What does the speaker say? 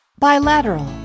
Bilateral